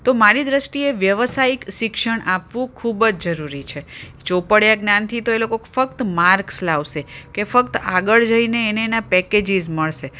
તો મારી દૃષ્ટિએ વ્યવસાયિક શિક્ષણ આપવું ખૂબ જ જરૂરી છે ચોપડીયાં જ્ઞાનથી તો એ લોકો ફક્ત માર્ક્સ લાવશે કે ફક્ત આગળ જઈને એને એનાં પેકેજીસ મળશે